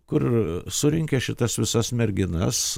kur surinkę šitas visas merginas